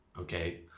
okay